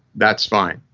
that's fine.